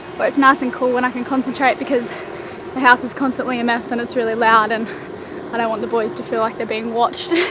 where its nice and cool and i can concentrate, because the house is constantly a mess, and its really loud, and and i don't want the boys to feel like they're being watched.